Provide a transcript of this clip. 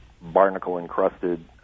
barnacle-encrusted